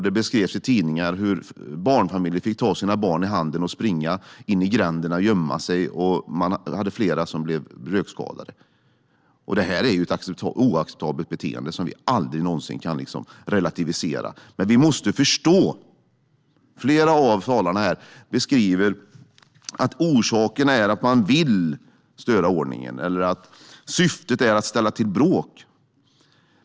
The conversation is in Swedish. Det beskrevs i tidningar hur barnfamiljer fick ta sina barn i handen och springa in i gränderna och gömma sig, och det var flera som blev rökskadade. Det är ett oacceptabelt beteende som vi aldrig någonsin kan relativisera. Flera av talarna här beskriver att orsakerna till detta är att man vill störa ordningen, eller att syftet är att ställa till bråk.